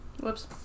Whoops